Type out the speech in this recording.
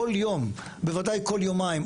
בוודאי כל יומיים,